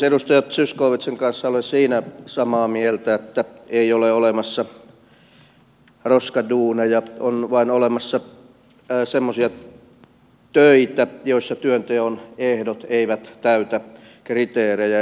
edustaja zyskowiczin kanssa olen samaa mieltä siitä että ei ole olemassa roskaduuneja on vain olemassa semmoisia töitä joissa työnteon ehdot eivät täytä kriteerejä